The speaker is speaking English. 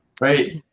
Right